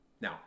Now